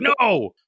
no